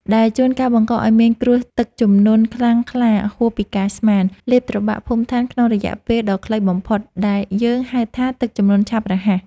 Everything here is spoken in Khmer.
ដែលជួនកាលបង្កឱ្យមានគ្រោះទឹកជំនន់ខ្លាំងក្លាហួសពីការស្មាន លេបត្របាក់ភូមិឋានក្នុងរយៈពេលដ៏ខ្លីបំផុត ដែលយើងហៅថាទឹកជំនន់ឆាប់រហ័ស។